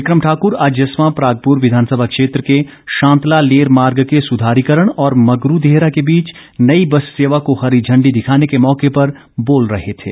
बिक्रम ठाकर आज जस्वा परागपुर विधानसभा क्षेत्र के शांतला लेर मार्ग के सुधारीकरण और मगरू देहरा के बीच नई बस सेवा को हरी इंडी दिखाने के मौके पर बोल रहे थे